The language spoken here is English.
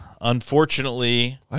Unfortunately